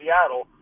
Seattle